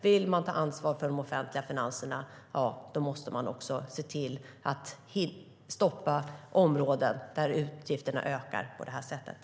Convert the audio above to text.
Om man vill ta ansvar för de offentliga finanserna måste man också se till att stoppa områden där utgifterna ökar på det här sättet.